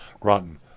rotten